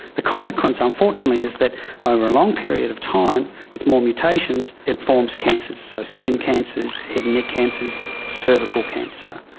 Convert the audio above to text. the consequence unfortunately is that over a long period of time with more mutations it forms cancers. so skin cancers, head and neck cancers, cervical cancer.